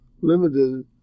limited